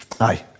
aye